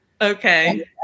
Okay